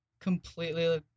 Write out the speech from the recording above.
completely